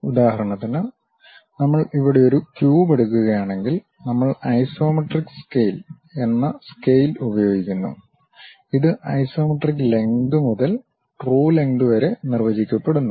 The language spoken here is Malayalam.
ഉദാഹരണത്തിന് നമ്മൾ ഇവിടെ ഒരു ക്യൂബ് എടുക്കുകയാണെങ്കിൽ നമ്മൾ ഐസോമെട്രിക് സ്കെയിൽ എന്ന സ്കെയിൽ ഉപയോഗിക്കുന്നു ഇത് ഐസോമെട്രിക് ലെംഗ്ത് മുതൽ ട്രു ലെംഗ്ത് വരെ നിർവചിക്കപ്പെടുന്നു